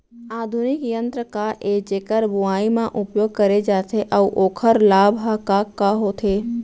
आधुनिक यंत्र का ए जेकर बुवाई म उपयोग करे जाथे अऊ ओखर लाभ ह का का होथे?